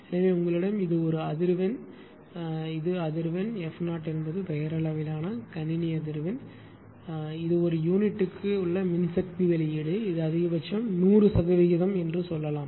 எனவே உங்களிடம் இது ஒரு அதிர்வெண் என்று வைத்துக்கொள்வோம் இது அதிர்வெண் மற்றும் f 0 என்பது பெயரளவிலான கணினி அதிர்வெண் இது ஒரு யூனிட்டுக்கு உள்ள மின்சக்தி வெளியீடு இது அதிகபட்சம் 100 சதவீதம் என்று சொல்லலாம்